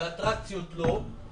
ואטרקציות לא,